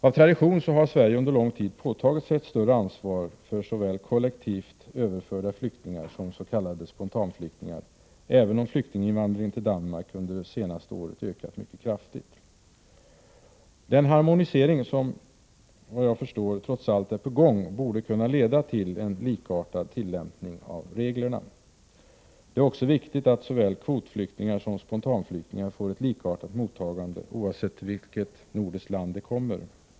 Av tradition har Sverige under lång tid påtagit sig ett större ansvar än övriga nordiska länder för såväl kollektivt överförda flyktingar som s.k. spontanflyktingar, även om flyktinginvandringen till Danmark under det senaste året ökat mycket kraftigt. Den harmonisering som enligt vad jag förstår trots allt är på gång borde kunna leda till en likartad tillämpning av reglerna. Det är också viktigt att såväl kvotflyktingar som spontanflyktingar får ett likartat mottagande oavsett vilket nordiskt land de kommer till.